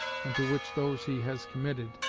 and to which those he has committed,